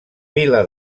vila